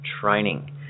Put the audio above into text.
training